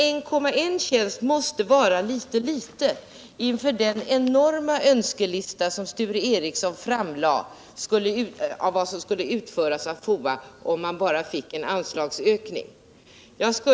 1,1 tjänst måste vara ganska litet i förhållande till Sture Ericsons lista över vad FOA skulle kunna uträtta om man fick en anslagsökning.